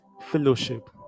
fellowship